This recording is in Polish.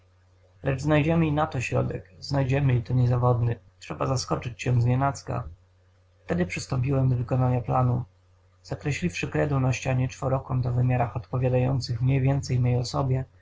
znajdziemy i na to środek znajdziemy i to niezawodny trzeba zaskoczyć cię znienacka wkrótce przystąpiłem do wykonania planu zakreśliwszy kredą na ścianie czworokąt o wymiarach odpowiadających mniej więcej mej osobie